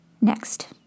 Next